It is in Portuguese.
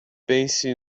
pense